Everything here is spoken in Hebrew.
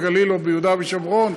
בגליל או ביהודה ושומרון?